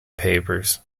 papers